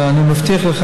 ואני מבטיח לך,